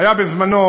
היה בזמנו